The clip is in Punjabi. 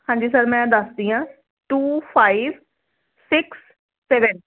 ਹਾਂਜੀ ਸਰ ਮੈਂ ਦੱਸਦੀ ਆਂ ਟੂ ਫਾਈਵ ਸਿਕਸ ਸੈਵਨ